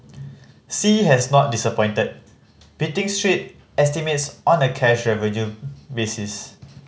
sea has not disappointed beating street estimates on a cash revenue basis